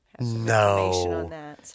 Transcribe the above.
No